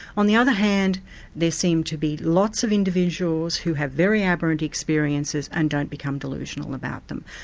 on the other hand there seem to be lots of individuals who have very aberrant experiences and don't become delusional about them.